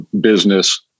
business